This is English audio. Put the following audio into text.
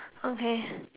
okay